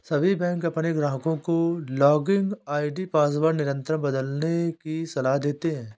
सभी बैंक अपने ग्राहकों को लॉगिन आई.डी पासवर्ड निरंतर बदलने की सलाह देते हैं